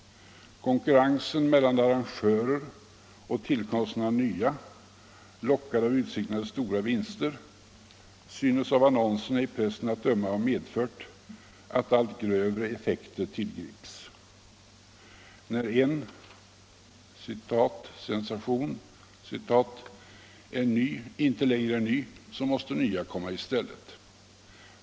Konkurrensen mellan arrangörer och tillkomsten av nya, lockade av utsikterna till stora vinster, synes av annonserna i pressen att döma ha medfört att allt grövre effekter tillgrips. När en ”sensation” icke längre är ny måste nya komma i stället.